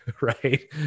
Right